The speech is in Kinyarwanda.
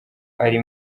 ari